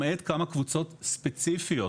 למעט כמה קבוצות ספציפיות